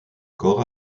corps